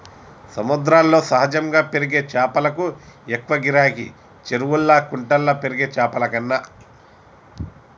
సముద్రాల్లో సహజంగా పెరిగే చాపలకు ఎక్కువ గిరాకీ, చెరువుల్లా కుంటల్లో పెరిగే చాపలకన్నా